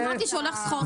בדקתי,